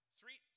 three